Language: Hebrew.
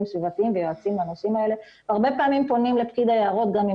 סביבתיים ויועצים לנושאים האלה הרבה פעמים פונים לפקיד היערות גם אם